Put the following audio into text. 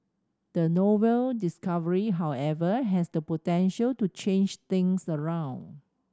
the novel discovery however has the potential to change things around